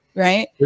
Right